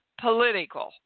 political